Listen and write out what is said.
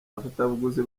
abafatabuguzi